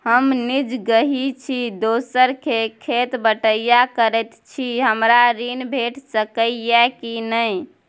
हम निजगही छी, दोसर के खेत बटईया करैत छी, हमरा ऋण भेट सकै ये कि नय?